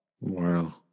Wow